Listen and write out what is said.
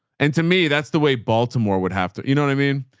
and to me that's the way baltimore would have to, you know what i mean?